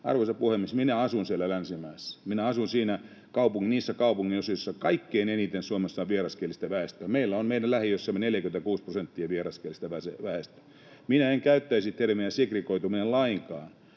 Arvoisa puhemies! Minä asun siellä Länsimäessä. Minä asun niissä kaupunginosissa, joissa kaikkein eniten Suomessa on vieraskielistä väestöä. Meillä on meidän lähiössämme vieraskielistä väestöä 46 prosenttia. [Mika Niikko: Onneks olkoon!] Minä en käyttäisi termiä ”segregoituminen” lainkaan.